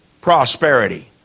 prosperity